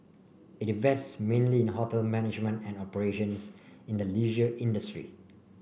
it invests mainly in hotel management and operations in the leisure industry